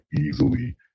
easily